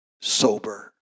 sober